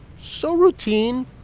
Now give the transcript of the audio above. so routine,